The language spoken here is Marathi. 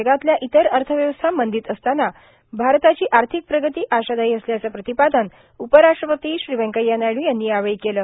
जगातल्या इतर अथव्यवस्था मंदोत असताना भारताची आर्थिक प्रगती आशादायी असल्याचं प्रातपादन उपराष्ट्रपती व्यंकथ्या नायडू यांनी यावेळी केलं